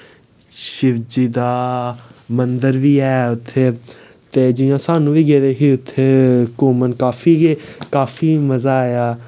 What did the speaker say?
शिवजी दा मंदर बी ऐ उत्थै ते जि'यां अस बी गेदे ही उत्थै घूमन काफी गे काफी मजा आया